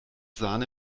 sahne